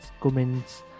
comments